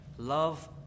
love